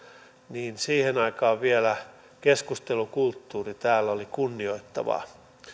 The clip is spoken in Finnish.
niin siihen aikaan vielä keskustelukulttuuri täällä oli kunnioittavaa